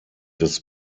des